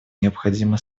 необходимо